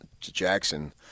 Jackson